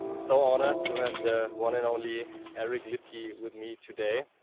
so honored to have the one and only eric liedtke with me today!